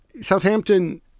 Southampton